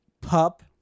Pup